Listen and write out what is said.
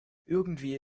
irgendwie